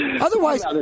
Otherwise—